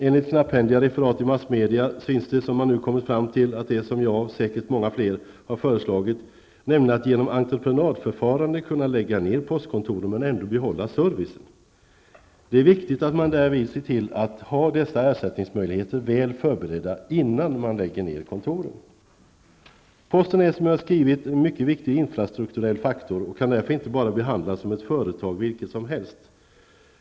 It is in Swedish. Enligt knapphändiga referat i massmedia synes det som man nu har kommit fram till det som jag -- och säkert många fler -- har föreslagit, nämligen att man genom entreprenadförfarande skall kunna lägga ned postkontoren men ändå behålla servicen. Det är viktigt att man därvid ser till att ha dessa ersättningsmöjligheter väl förberedda innan man lägger ned kontoren. Posten är, som jag har skrivit, en mycket viktig infrastrukturell faktor och kan därför inte bara behandlas som ett företag vilket som helst.